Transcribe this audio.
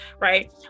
right